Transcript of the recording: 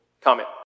Comment